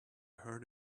heard